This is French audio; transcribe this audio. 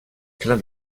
clin